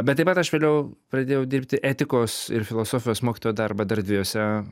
bet taip pat aš vėliau pradėjau dirbti etikos ir filosofijos mokytojo darbą dar dviejose